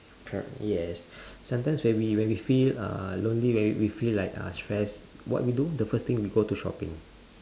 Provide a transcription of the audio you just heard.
err yes sometimes when we when we feel uh lonely when we feel like uh stress what we do the first thing we go to shopping